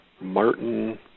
Martin